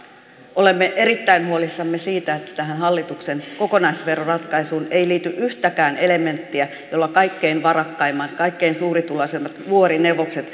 olemme erittäin huolissamme siitä että tähän hallituksen kokonaisveroratkaisuun ei liity yhtäkään elementtiä jolla kaikkein varakkaimmat kaikkein suurituloisimmat vuorineuvokset